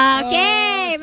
okay